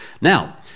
Now